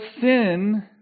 sin